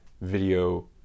video